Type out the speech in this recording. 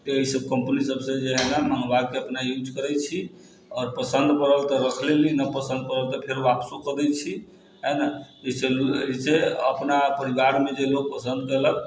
तऽ एहिसब कम्पनी सबसँ जे हइ न मँगबाके अपना यूज करै छी आओर पसन्द पड़ल तऽ रख लेली नहि पसन्द पड़ल तऽ फेर वापसो कऽ दै छी हइ ने कि चलू एहिसँ अपना परिवारमे जे लोक पसन्द केलक